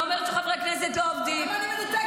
אומרת שחברי הכנסת לא עובדים -- למה אני מנותקת?